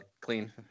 Clean